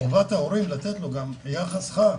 חובת ההורה לתת לו, גם יחס חם.